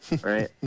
Right